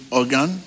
organ